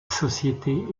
société